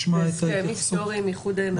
--- איחוד האמירויות.